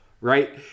right